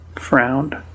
frowned